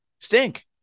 stink